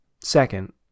Second